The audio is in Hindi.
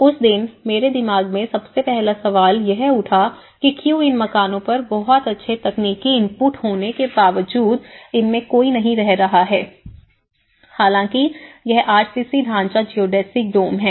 उस दिन मेरे दिमाग में सबसे पहला सवाल यह उठा कि क्यों इन मकानों पर बहुत अच्छे तकनीकी इनपुट होने के बावजूद इनमें कोई नहीं रह रहा है हालांकि यह आर सी सी ढांचा जियोडेसिक डोम है